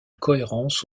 cohérence